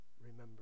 remember